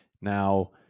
Now